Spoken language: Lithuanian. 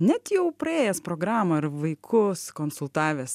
net jau praėjęs programą ir vaikus konsultavęs